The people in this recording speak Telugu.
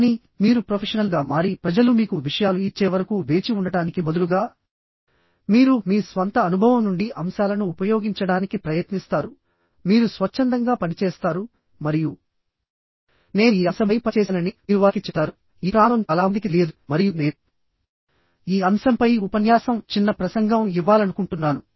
కానీ మీరు ప్రొఫెషనల్గా మారి ప్రజలు మీకు విషయాలు ఇచ్చే వరకు వేచి ఉండటానికి బదులుగా మీరు మీ స్వంత అనుభవం నుండి అంశాలను ఉపయోగించడానికి ప్రయత్నిస్తారు మీరు స్వచ్ఛందంగా పనిచేస్తారు మరియు నేను ఈ అంశంపై పనిచేశానని మీరు వారికి చెప్తారు ఈ ప్రాంతం చాలా మందికి తెలియదు మరియు నేను ఈ అంశంపై ఉపన్యాసంచిన్న ప్రసంగం ఇవ్వాలనుకుంటున్నాను